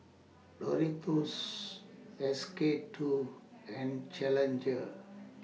Doritos S K two and Challenger